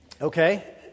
Okay